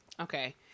okay